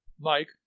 Mike